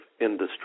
industry